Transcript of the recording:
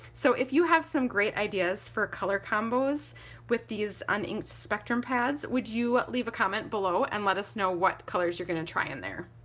so if you have some great ideas for color combos with these un-inked spectrum pads would you leave a comment below and let us know what colors you're going to try in there?